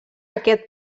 aquest